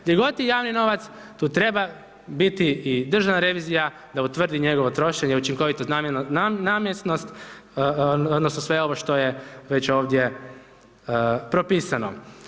Gdje god je javni novac, tu treba biti i Državna revizija da utvrdi njegovo trošenje, učinkovitost ... odnosno sve ovo što je već ovdje propisano.